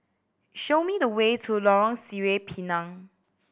show me the way to Lorong Sireh Pinang